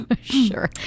sure